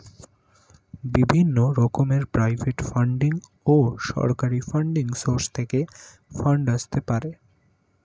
বিভিন্ন রকমের private funding ও সরকারি ফান্ডিং সোর্স থেকে ফান্ড আসতে পারে